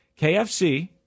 KFC